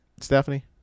Stephanie